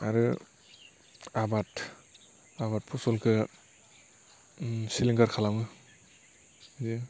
आरो आबाद आबाद फसलखौ सिलिंखार खालामो बे